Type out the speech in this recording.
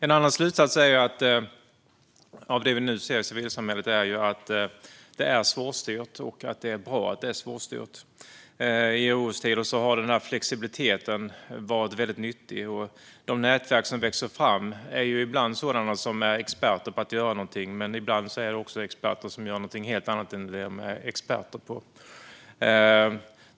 En annan slutsats av det vi nu ser i civilsamhället är att det är svårstyrt och att det är bra att det är svårstyrt. I orostider har flexibiliteten varit väldigt nyttig. De nätverk som växer fram är ibland experter på att göra något, men ibland är det också experter som gör något helt annat än det de är experter på.